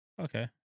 Okay